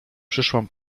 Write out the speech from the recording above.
przyszłam